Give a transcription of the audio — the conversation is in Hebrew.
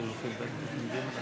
הסתייגות 52 לא נתקבלה.